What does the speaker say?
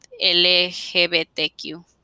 LGBTQ